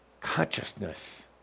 Consciousness